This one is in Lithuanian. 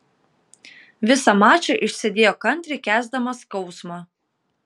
visą mačą išsėdėjo kantriai kęsdamas skausmą